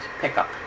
pickup